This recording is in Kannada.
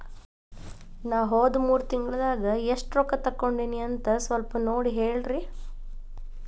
ನಾ ಹೋದ ಮೂರು ತಿಂಗಳದಾಗ ಎಷ್ಟು ರೊಕ್ಕಾ ತಕ್ಕೊಂಡೇನಿ ಅಂತ ಸಲ್ಪ ನೋಡ ಹೇಳ್ರಿ